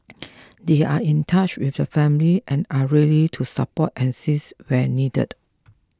they are in touch with the family and are really to support and assist where needed